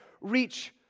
reach